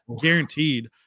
guaranteed